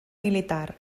militar